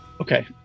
Okay